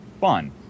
fun